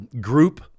group